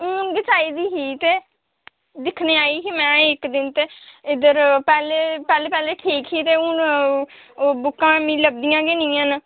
हून गै चाहिदी ही ते दिक्खने आई ही में इक दिन ते इद्धर पैह्लें पैह्लें पैह्लें ठीक ही ते हून ओह् बुक्कां मिगी लब्भियां गै निं हैन